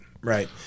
right